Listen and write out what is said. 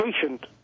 patient